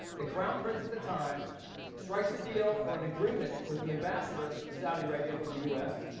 the crown prince at the time strikes a deal or an agreement with the ambassador to saudi arabia from the us,